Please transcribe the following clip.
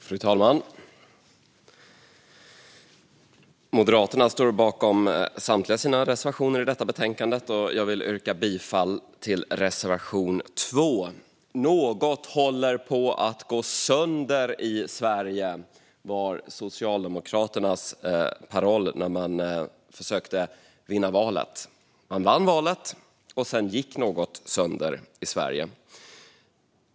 Fru talman! Vi i Moderaterna står bakom samtliga våra reservationer i detta betänkande. Jag yrkar dock bifall endast till reservation 2. "Något håller på att gå sönder i Sverige." Det var Socialdemokraternas paroll när de försökte vinna valet. Man vann valet, och sedan gick något faktiskt sönder i Sverige.